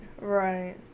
right